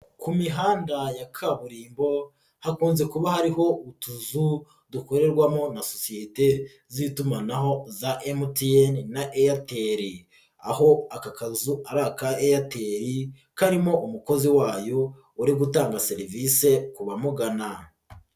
Ku mihanda ya kaburimbo hakunze kuba hariho utuzu dukorerwamo na sosiyete z'itumanaho za mtn na airtel aho aka kazu ari aka airtel karimo umukozi wayo uri gutanga serivisi k'umugana.